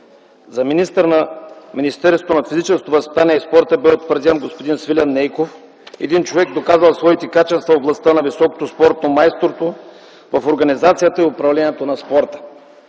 За министър на физическото възпитание и спорта бе утвърден господин Свилен Нейков – човек, доказал своите качества в областта на високото спортно майсторство, в организацията и управлението на спорта.